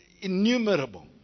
innumerable